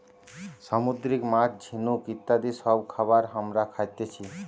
সামুদ্রিক মাছ, ঝিনুক ইত্যাদি সব খাবার হামরা খাতেছি